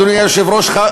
אדוני היושב-ראש,